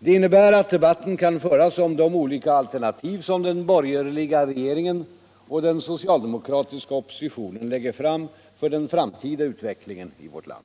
Det innebiär att debatuten kan föras om de olika alternativ som den borgerliga regeringen och den socialdemokratiska oppositionen lägger fram för den framtida utvecklingen i vårt land.